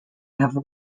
have